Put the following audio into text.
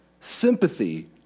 sympathy